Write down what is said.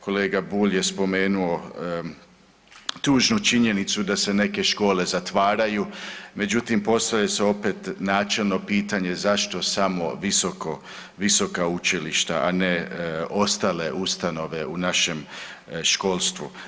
Kolega Bulj je spomenuo tužnu činjenicu da se neke škole zatvaraju, međutim postavlja se opet načelno pitanje zašto samo visoka učilišta, a ne ostale ustanove u našem školstvu.